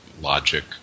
logic